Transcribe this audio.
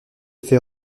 fait